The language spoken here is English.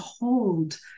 hold